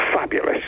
fabulous